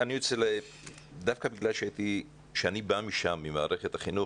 דווקא בגלל שאני בא ממערכת החינוך,